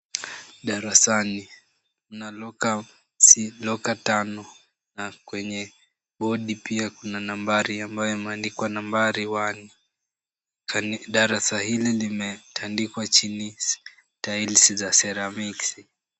Darasani kuna locker tano na kwenye bodi pia kuna nambari ambayo imeandikwa nambari one . Darasa hili limetandikwa chini tiles za ceravics .